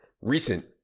recent